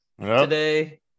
today